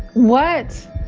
what?